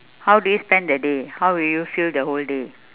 how do you spend the day how would you fill the whole day